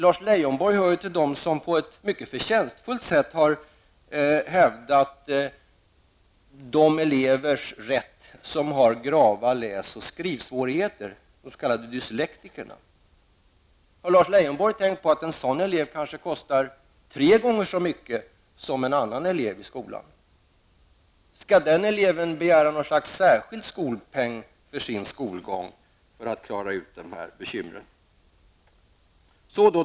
Lars Leijonborg hör till dem som på ett mycket förtjänstfullt sätt har hävdat de elevers rätt som har grava läs och skrivsvårigheter, de s.k. dyslektikerna. Har Lars Leijonborg tänkt på att en sådan elev kanske kostar tre gånger så mycket som en annan elev i skolan? Skall den eleven begära särskild skolpeng för sin skolgång, för att klara ut dessa bekymmer?